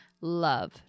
love